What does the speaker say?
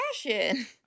fashion